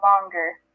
longer